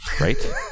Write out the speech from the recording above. right